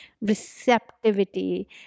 receptivity